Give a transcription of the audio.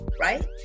right